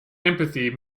empathy